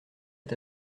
est